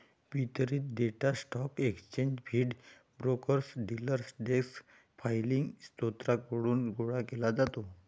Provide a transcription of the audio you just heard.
वितरित data stock exchange feed, brokers, dealer desk filing स्त्रोतांकडून गोळा केला जातो